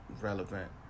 relevant